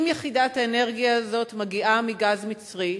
אם יחידת האנרגיה הזאת מגיעה מגז מצרי,